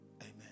Amen